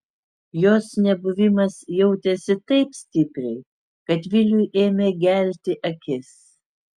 jos nebuvimas jautėsi taip stipriai kad viliui ėmė gelti akis